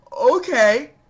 Okay